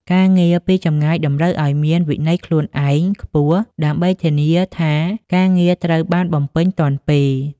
ការងារពីចម្ងាយតម្រូវឱ្យមាន វិន័យខ្លួនឯង ខ្ពស់ ដើម្បីធានាថាការងារត្រូវបានបំពេញទាន់ពេល។